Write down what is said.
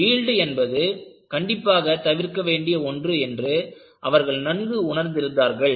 yield என்பது கண்டிப்பாக தவிர்க்க வேண்டிய ஒன்று என்று அவர்கள் நன்கு உணர்ந்திருந்தார்கள்